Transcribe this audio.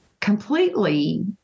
completely